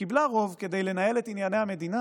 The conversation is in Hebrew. שקיבלה רוב כדי לנהל את ענייני המדינה.